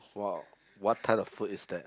!wow! what type of food is that